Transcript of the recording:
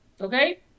Okay